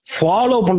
follow